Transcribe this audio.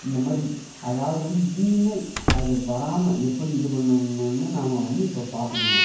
இந்தமாதிரி அதாவது வந்து இனிமேல் அது வராமல் எப்படி இது பண்ணணும்னு நாம் வந்து இப்போ பார்க்கணுங்க